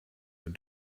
your